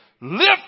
lift